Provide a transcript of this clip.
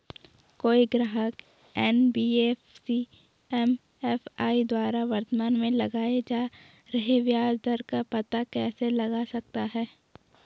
कोई ग्राहक NBFC MFI द्वारा वर्तमान में लगाए जा रहे ब्याज दर का पता कैसे लगा सकता है?